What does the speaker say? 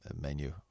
menu